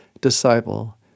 disciple